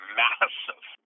massive